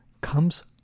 comes